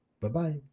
Bye-bye